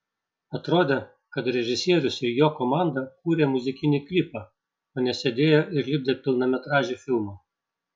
atrodė kad režisierius ir jo komanda kūrė muzikinį klipą o ne sėdėjo ir lipdė pilnametražį filmą